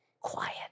quiet